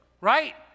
right